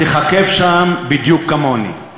תככב שם בדיוק כמוני.